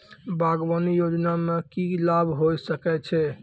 बागवानी योजना मे की लाभ होय सके छै?